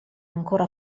ancora